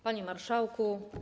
Panie Marszałku!